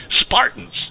Spartans